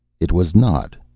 it was not,